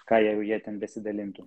ką jau jie ten besidalintų